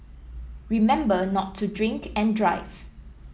remember not to drink and drive